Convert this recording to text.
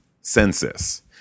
census